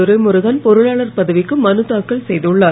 துரைமுருகன் பொருளானர் பதவிக்கு மனுத்தாக்கல் செய்துள்ளார்